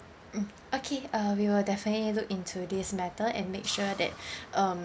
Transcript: mm okay uh we will definitely look into this matter and make sure that um